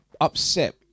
upset